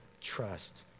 trust